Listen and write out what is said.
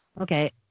okay